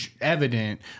evident